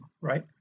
right